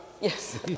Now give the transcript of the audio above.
Yes